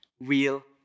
wheel